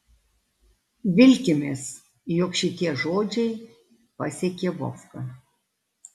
vilkimės jog šitie žodžiai pasiekė vovką